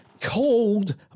Cold